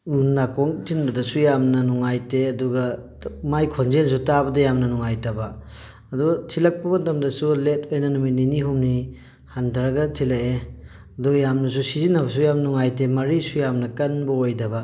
ꯅꯥꯀꯣꯡ ꯊꯤꯟꯕꯗꯁꯨ ꯌꯥꯝꯅ ꯅꯨꯡꯉꯥꯏꯇꯦ ꯑꯗꯨꯒ ꯃꯥꯏ ꯈꯣꯟꯖꯦꯜꯁꯨ ꯇꯥꯕꯗ ꯌꯥꯝꯅ ꯅꯨꯡꯉꯥꯏꯇꯕ ꯑꯗꯣ ꯊꯤꯜꯂꯛꯄ ꯃꯇꯝꯗꯁꯨ ꯂꯦꯠ ꯑꯣꯏꯅ ꯅꯨꯃꯤꯠ ꯅꯤꯅꯤ ꯍꯨꯝꯅꯤ ꯍꯟꯊꯔꯒ ꯊꯤꯜꯂꯛꯑꯦ ꯑꯗꯨꯒ ꯌꯥꯝꯅꯁꯨ ꯁꯤꯖꯤꯟꯅꯕꯁꯨ ꯌꯥꯝ ꯅꯨꯡꯉꯥꯏꯇꯦ ꯃꯔꯤꯁꯨ ꯌꯥꯝꯅ ꯀꯟꯕ ꯑꯣꯏꯗꯕ